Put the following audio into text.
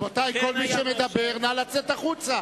רבותי, כל מי שמדבר, נא לצאת החוצה,